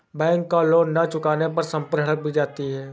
bank का loan न चुकाने पर संपत्ति हड़प ली जाती है